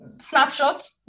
snapshot